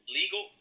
legal